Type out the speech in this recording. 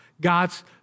God's